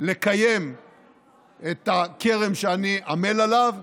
לקיים את הכרם שאני עמל עליו.